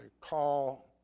call